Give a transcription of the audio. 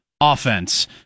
offense